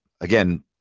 again